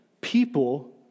people